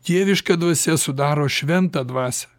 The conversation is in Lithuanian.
dieviška dvasia sudaro šventą dvasią